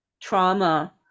trauma